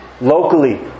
locally